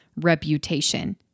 reputation